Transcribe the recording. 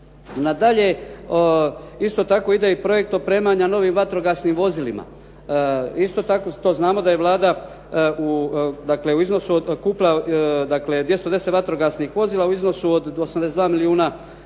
Nadalje, isto tako ide i projekt opremanja novih vatrogasnih vozila. Isto tako to znamo da je Vlada, u iznosu od, otkupila dakle, 210 vatrogasnih vozila u iznosu od 82 milijuna eura.